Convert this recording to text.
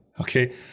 Okay